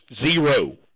Zero